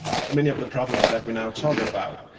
many of the problems that we now talk about,